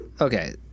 okay